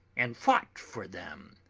and fought for them,